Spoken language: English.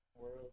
World